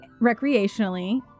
recreationally